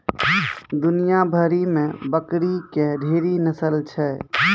दुनिया भरि मे बकरी के ढेरी नस्ल छै